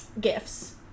gifts